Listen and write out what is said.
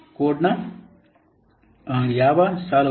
ಕೋಡ್ನ ಯಾವ ಸಾಲುಗಳು